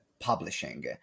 Publishing